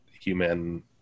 human